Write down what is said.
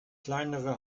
kleinere